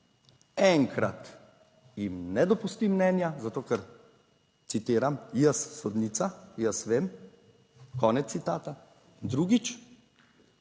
Enkrat jim ne dopusti mnenja, zato, ker, citiram: "Jaz, sodnica, jaz vem." - konec citata. Drugič